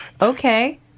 okay